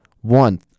one